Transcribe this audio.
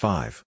Five